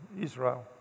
Israel